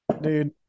dude